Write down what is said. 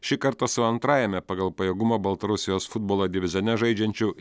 šį kartą su antrajame pagal pajėgumą baltarusijos futbolo divizione žaidžiančiu